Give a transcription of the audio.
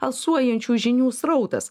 alsuojančių žinių srautas